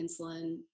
insulin